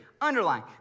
underline